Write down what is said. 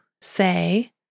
say